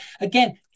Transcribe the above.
again